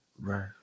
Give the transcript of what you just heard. Right